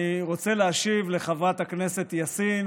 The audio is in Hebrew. אני רוצה להשיב לחברת הכנסת יאסין,